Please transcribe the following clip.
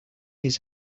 his